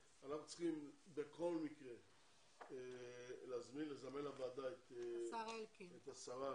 בכל מקרה אנחנו צריכים לזמן את שרת הקליטה.